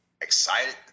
Excited